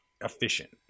efficient